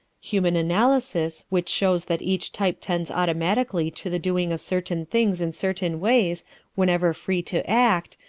human analysis, which shows that each type tends automatically to the doing of certain things in certain ways whenever free to act,